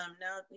Now